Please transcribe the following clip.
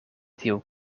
tiu